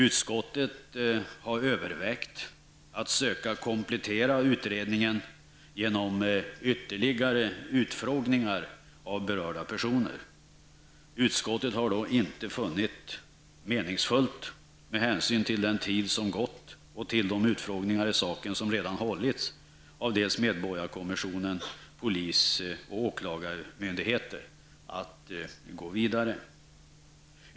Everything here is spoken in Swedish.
Utskottet har övervägt att söka komplettera utredningen genom ytterligare utfrågningar av berörda personer. Utskottet har då inte funnit det meningsfullt att gå vidare i ärendet -- detta mot bakgrund av den tid som gått och resultatet av de utfrågningar i saken som gjorts genom medborgarkommissionen, polis och åklagarmyndigheter.